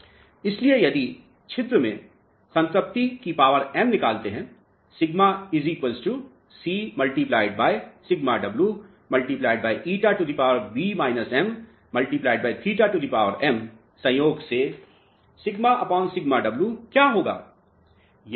इसलिए यदि आप छिद्र में संतृप्ति की पावर m निकालते हैं σ c σw ηB m θm संयोग से σσw क्या होगा